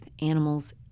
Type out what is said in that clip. animals